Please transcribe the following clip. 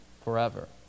forever